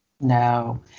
No